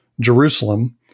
Jerusalem